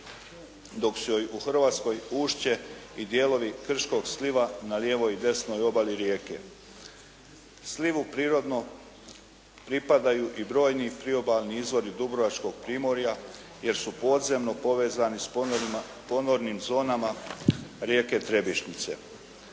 dok su joj u Hrvatskoj ušće i dijelovi krškog sliva na lijevoj i desnoj obali rijeke. Slivu prirodno pripadaju i brojni priobalni izvori dubrovačkog primorja jer su podzemno povezani s ponornim zonama rijeke Trebišnjice.